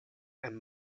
and